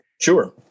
Sure